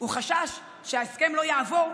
הוא חשש שההסכם לא יעבור,